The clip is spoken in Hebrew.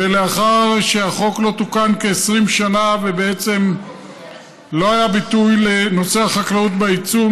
ולאחר שהחוק לא תוקן כ-20 שנה ובעצם לא היה ביטוי לנושא החקלאות ביצוא,